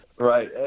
right